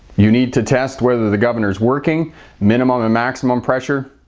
you need to test whether the governor's working minimum and maximum pressure.